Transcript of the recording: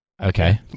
Okay